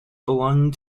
belonging